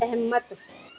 Ahmat